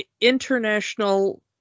international